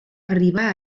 arribar